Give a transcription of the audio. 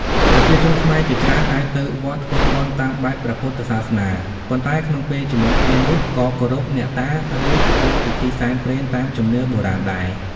ប្រជាជនខ្មែរជាច្រើនអាចទៅវត្តធ្វើបុណ្យតាមបែបព្រះពុទ្ធសាសនា ប៉ុន្តែក្នុងពេលជាមួយគ្នានោះក៏គោរពអ្នកតា ឬធ្វើពិធីសែនព្រេនតាមជំនឿបុរាណដែរ។